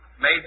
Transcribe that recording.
made